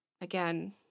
again